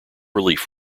relief